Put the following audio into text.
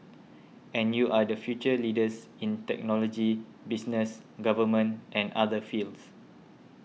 and you are the future leaders in technology business government and other fields